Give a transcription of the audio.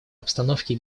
обстановки